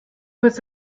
was